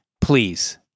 please